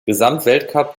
gesamtweltcup